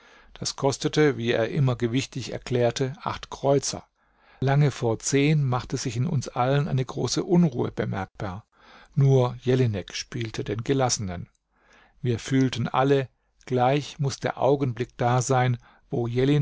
das kostete wie er immer gewichtig erklärte acht kreuzer lange vor zehn machte sich in uns allen eine große unruhe bemerkbar nur jelinek spielte den gelassenen wir fühlten alle gleich muß der augenblick da sein wo